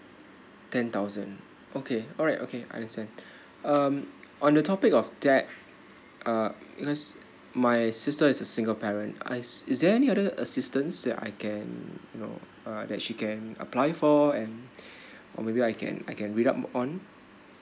ten thousand okay alright okay understand um on the topic of that uh because my sister is a single parent I is there any other assistance that I can you know uh that she can apply for and or maybe I can I can read up on